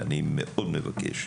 ואני מאוד מבקש,